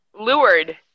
lured